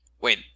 Wait